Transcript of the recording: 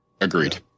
Agreed